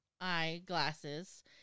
eyeglasses